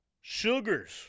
Sugars